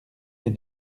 mes